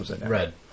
Red